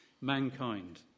mankind